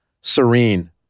Serene